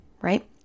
right